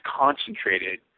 concentrated